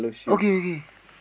okay okay